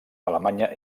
alemanya